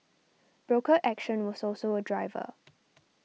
broker action was also a driver